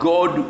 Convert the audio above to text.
God